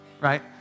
right